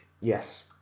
yes